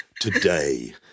today